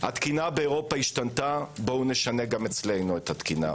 התקינה באירופה השתנתה בואו נשנה גם אצלנו את התקינה,